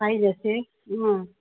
size ꯑꯁꯦ ꯎꯝ